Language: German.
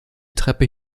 treppe